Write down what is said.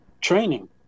training